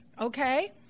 okay